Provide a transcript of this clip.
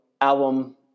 album